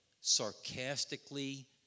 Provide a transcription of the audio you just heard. sarcastically